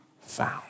found